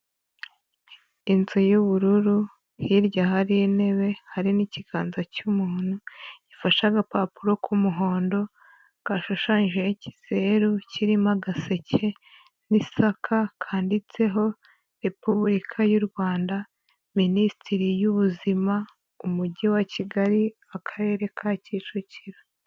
Inzu y'ubururu hirya hari intebe hari n'ikiganza cy'umuntu, gifashe agapapuro k'umuhondo gashushanyijeho ikizeru kirimo agaseke n'isaka, kanditseho Repubulika y'u Rwanda, Minisiteri y'ubuzima, umujyi wa Kigali, akarere ka Kicukiro.